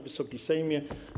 Wysoki Sejmie!